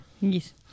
Yes